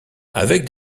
avec